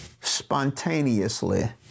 spontaneously